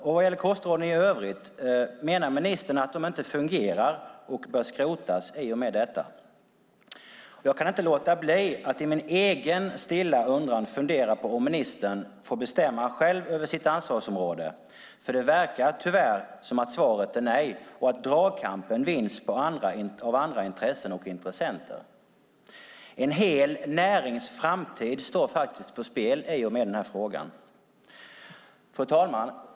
Menar ministern, när det gäller kostråden i övrigt, att de inte fungerar och bör skrotas i och med detta? Jag kan inte låta bli att ha en egen stilla undran om ministern får bestämma själv över sitt ansvarsområde. Det verkar tyvärr som att svaret är nej och att dragkampen vinns av andra intressen och intressenter. En hel närings framtid står faktiskt på spel i och med denna fråga. Fru talman!